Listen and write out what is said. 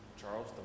Charles